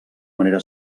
manera